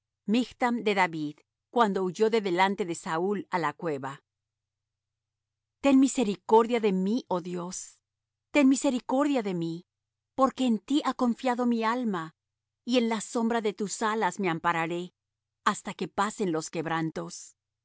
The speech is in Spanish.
michtam de david cuando huyó de delante de saúl á la cueva ten misericordia de mí oh dios ten misericordia de mí porque en ti ha confiado mi alma y en la sombra de tus alas me ampararé hasta que pasen los quebrantos